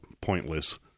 pointless